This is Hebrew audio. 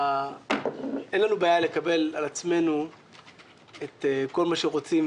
אין לנו בעיה לקבל על עצמנו את כל מה שרוצים,